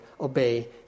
obey